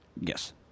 Yes